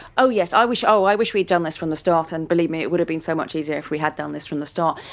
oh yes, i wish oh i wish we'd done this from the start and believe me it would have been so much easier if we had done this from the start.